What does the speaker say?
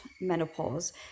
menopause